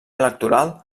electoral